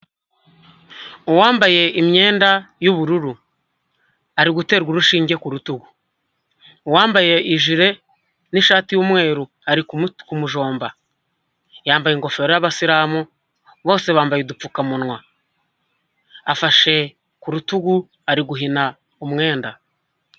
Uwambaye imyenda y'ubururu ari guterwa urushinge ku rutugu, uwambaye ijire n'ishati y'umweru ari ku mujomba yambaye ingofero y'abasilamu bose bambaye udupfukamunwa, afashe ku rutugu ari guhina umwenda.